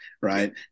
right